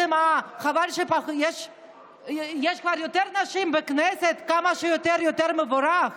יש יותר נשים בכנסת, כמה שיותר, יותר מבורך.